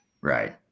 Right